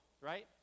right